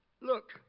Look